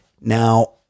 Now